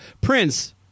Prince